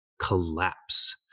collapse